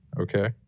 Okay